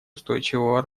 устойчивого